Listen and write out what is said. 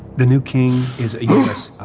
the new king is yeah this